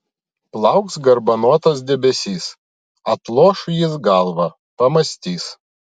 plauks garbanotas debesis atloš jis galvą pamąstys